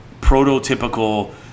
prototypical